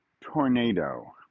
tornado